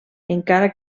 encara